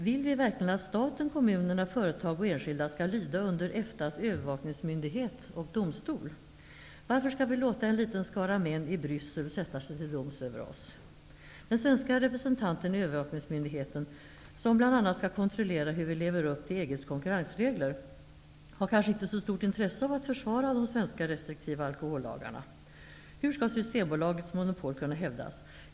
Vill vi verkligen att staten, kommunerna, företag och enskilda skall lyda under EFTA:s övervakningsmyndighet och domstol? Varför skall vi låta en liten skara män i Bryssel sätta sig till doms över oss? Den svenska representanten i övervakningsmyndigheten, som bl.a. skall kontrollera hur vi lever upp till EG:s konkurrensregler, har kanske inte så stort intresse av att försvara de svenska restriktiva alkohollagarna. Hur skall Systembolagets monopol kunna hävdas?